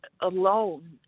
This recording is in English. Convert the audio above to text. alone